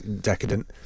decadent